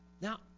Now